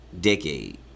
decade